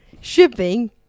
shipping